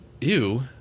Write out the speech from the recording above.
Ew